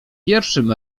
pierwszym